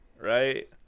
right